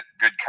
good